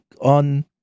on